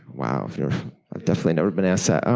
wow, i've definitely never been asked that.